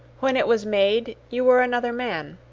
when it was made, you were another man.